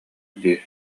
дии